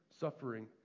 suffering